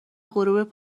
غروب